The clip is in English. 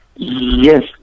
Yes